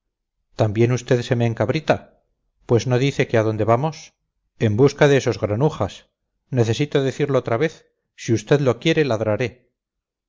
también usted se me encabrita pues no dice que a dónde vamos en busca de esos granujas necesito decirlo otra vez si usted lo quiere ladraré